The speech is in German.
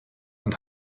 und